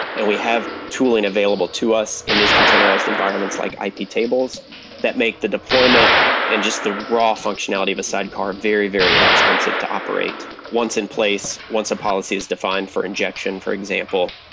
and we have tooling available to us in these containerized environments, like ah ip tables that make the deployment and just the raw functionality of a sidecar very, very inexpensive to operate once in place, once a policy is defined for injection for example,